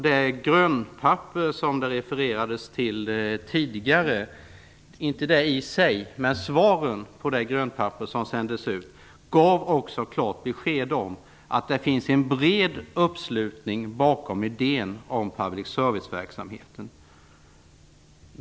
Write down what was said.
Det grönpapper som tidigare refererades, inte i sig men svaren på det, gav ett klart besked om att det fanns en bred uppslutning bakom idén om public service-verksamheten.